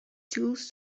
tools